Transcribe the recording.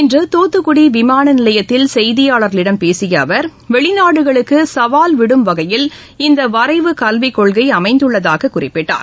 இன்ற துத்துக்குடி விமான நிலையத்தில் செய்தியாளர்களிடம் பேசிய அவர் வெளிநாடுகளுக்கு சவால் விடும் வகையில் இந்த வரைவு கல்விக் கொள்கை அமைந்துள்ளதாக குறிப்பிட்டார்